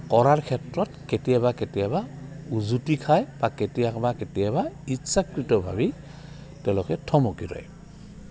কৰাৰ ক্ষেত্ৰত কেতিয়াবা কেতিয়াবা উজুটি খায় বা কেতিয়াবাবা কেতিয়াবা ইচ্ছাকৃতভাৱেই তেওঁলোকে থমকি ৰয়